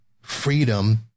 Freedom